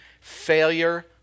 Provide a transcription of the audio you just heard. failure